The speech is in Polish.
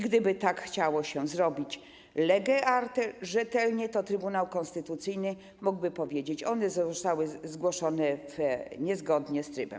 Gdyby tak chciało się zrobić to lege artis, rzetelnie, to Trybunał Konstytucyjny mógłby powiedzieć, że one zostały zgłoszone niezgodnie z trybem.